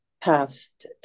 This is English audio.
past